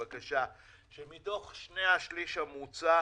שמתוך שני השליש המוצע,